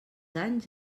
anys